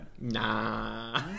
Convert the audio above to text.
Nah